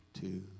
two